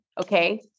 okay